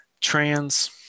Trans